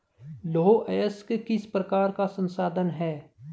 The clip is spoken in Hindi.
लौह अयस्क किस प्रकार का संसाधन है?